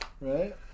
Right